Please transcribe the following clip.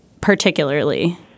particularly